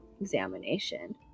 examination